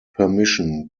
permission